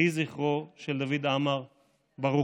יהי זכרו של דוד עמאר ברוך.